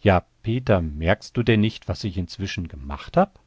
ja peter merkst du denn nicht was ich inzwischen gemacht hab